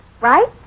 Right